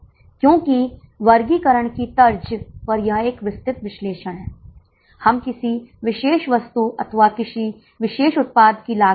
तो 500 माइनस 108 इसलिए 392 प्रति इकाई का बहुत अधिक योगदान